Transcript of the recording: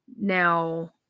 Now